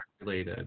related